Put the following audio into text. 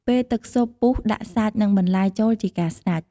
ពេលទឹកស៊ុបពុះដាក់សាច់និងបន្លែចូលជាការស្រេច។